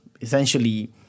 essentially